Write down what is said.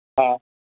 हा